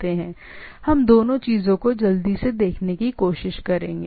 हम दोनों चीजों को जल्दी देखने की कोशिश करेंगे